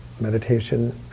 meditation